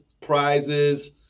prizes